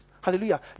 Hallelujah